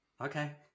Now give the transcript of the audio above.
Okay